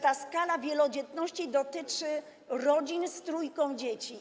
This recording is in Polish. Ta skala wielodzietności dotyczy rodzin z trójką dzieci.